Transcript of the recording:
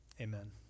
Amen